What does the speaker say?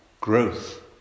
growth